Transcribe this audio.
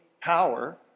power